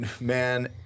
man